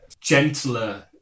gentler